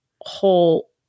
whole